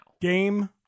Game